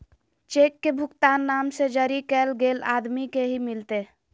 cheque के भुगतान नाम से जरी कैल गेल आदमी के ही मिलते